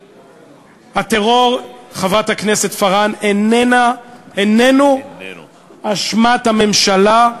הטרור, חברת הכנסת פארן, איננו אשמת הממשלה,